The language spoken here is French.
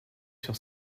sur